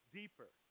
deeper